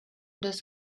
does